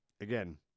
again